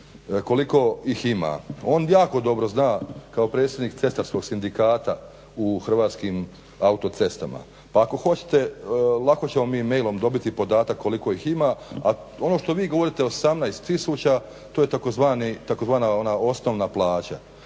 koliko ih ima. On jako dobro zna kao predsjednik Cestarskog sindikata u Hrvatskim autocestama. Pa ako hoćete lako ćemo mi mailom dobiti podatak koliko ih ima, a ono što vi govorite 18 tisuća to je tzv. ona osnovna plaća.